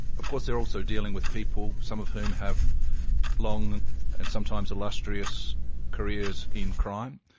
of course they are also dealing with people some of whom have long and sometimes illustrious careers in crime,